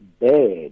bad